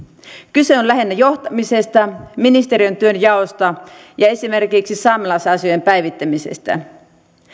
kyse on lähinnä johtamisesta ministeriön työnjaosta ja esimerkiksi saamelaisasioiden päivittämisestä